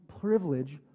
privilege